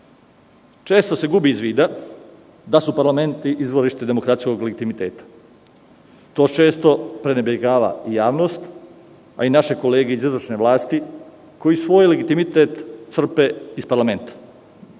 Često se gubi iz vida da su parlamenti izvorište demokratije i legitimiteta. To često prenebregava javnost, a i naše kolege iz izvršne vlasti, koji svoj legitimitet crpe iz parlamenta.